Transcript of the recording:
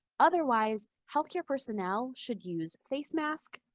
otherwise, healthcare personnel should use face mask,